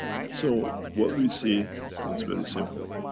so, what we see is very simple.